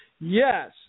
Yes